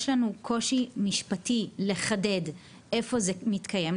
לנו קושי משפטי לחדד איפה זה מתקיים,